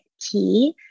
key